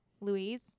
Louise